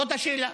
זאת השאלה.